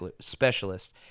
specialist